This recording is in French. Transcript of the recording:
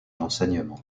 l’enseignement